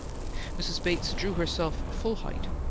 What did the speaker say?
mrs. bates drew herself full height,